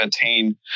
attain